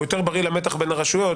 הוא יותר בריא למתח בין הרשויות,